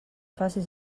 facis